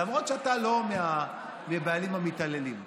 למרות שאתה לא מהבעלים המתעללים.